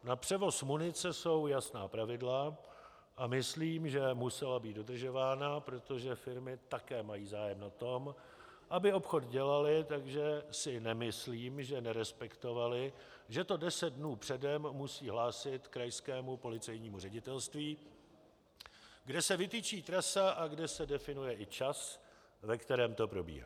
Na převoz munice jsou jasná pravidla a myslím, že musela být dodržována, protože firmy také mají zájem na tom, aby obchod dělaly, takže si nemyslím, že nerespektovaly, že to 10 dnů předem musí hlásit krajskému policejnímu ředitelství, kde se vytyčí trasa a kde se definuje i čas, ve kterém to probíhá.